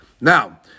Now